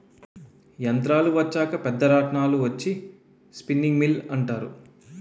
యంత్రాలు వచ్చాక పెద్ద రాట్నాలు వచ్చి స్పిన్నింగ్ మిల్లు అంటారు